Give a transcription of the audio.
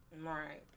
Right